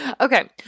Okay